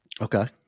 okay